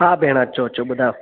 हा भेण अचो अचो ॿुधायो